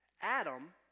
Adam